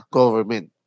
government